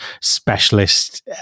specialist